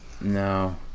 No